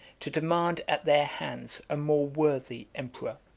to demand at their hands a more worthy emperor.